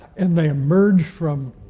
and they emerge from.